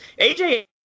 AJ